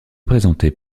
présentée